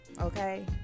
Okay